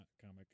comic